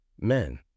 men